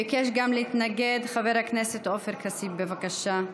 ביקש להתנגד גם חבר הכנסת עופר כסיף, בבקשה.